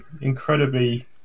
incredibly